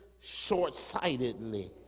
short-sightedly